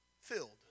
Filled